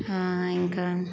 ఇంకా